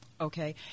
Okay